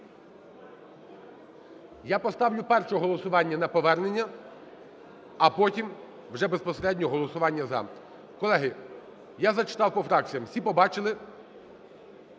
Я поставлю перше голосування - на повернення, а потім вже безпосередньо голосування "за". Колеги, я зачитав по фракціям, всі побачили,